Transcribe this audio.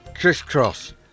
crisscross